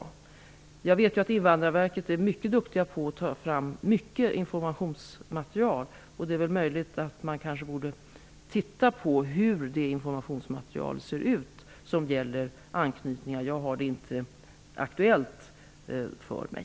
Jag vet att man på Invandrarverket är mycket duktig på att ta fram informationsmaterial, och det är möjligt att det informationsmaterial som gäller anknytningar borde ses över. Jag har det inte aktuellt för mig.